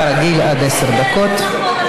כרגיל, עד עשר דקות.